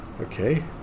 Okay